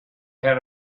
had